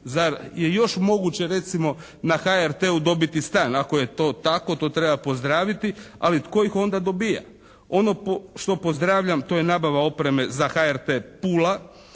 Zar je još moguće recimo na HRT-u dobiti stan? Ako je to tako to treba pozdraviti ali tko ih onda dobija. Ono što pozdravljam to je nabava opreme za HRT Pula.